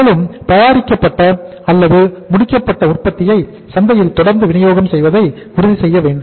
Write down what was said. மேலும் தயாரிக்கப்பட்ட அல்லது முடிக்கப்பட்ட உற்பத்தியை சந்தையில் தொடர்ந்து விநியோகம் செய்வதை உறுதி செய்ய வேண்டும்